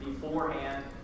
beforehand